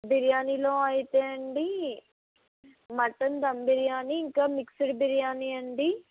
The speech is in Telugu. బిర్యానీలో అయితే అండీ మటన్ దమ్ బిర్యాని ఇంకా మిక్స్డ్ బిర్యాని అండి